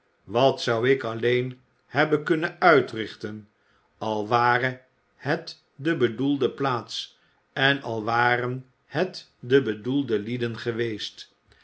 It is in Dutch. wat zou ik alleen hebben kunnen uitrichten al ware het de bedoelde plaats en al waren het de bedoelde lieden geweest